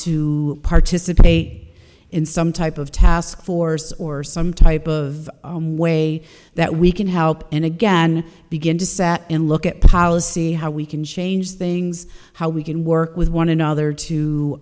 to participate in some type of taskforce or some type of way that we can help and again begin to sat and look at policy how we can change things how we can work with one another